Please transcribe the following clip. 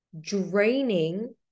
draining